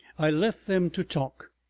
i left them to talk,